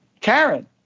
Karen